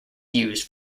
used